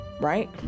right